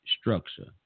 structure